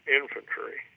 infantry